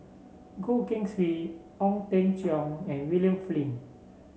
Goh Keng Swee Ong Teng Cheong and William Flint